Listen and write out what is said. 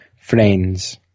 friends